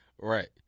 right